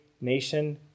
nation